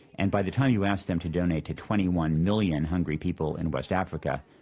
and by the time you ask them to donate to twenty one million hungry people in west africa,